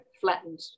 flattened